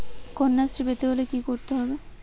কন্যাশ্রী পেতে হলে কি করতে হবে?